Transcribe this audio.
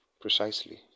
precisely